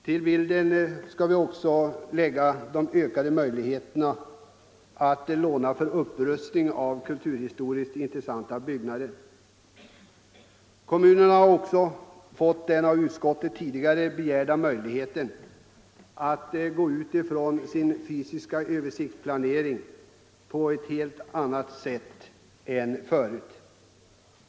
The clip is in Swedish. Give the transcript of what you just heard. Till bilden hör också de ökade möjligheterna att låna för upprustning av kulturhistoriskt intressanta byggnader. Kommunerna har även fått den av utskottet tidigare begärda möj ligheten att gå ut ifrån sin fysiska översiktsplanering på ett helt annat sätt än förut.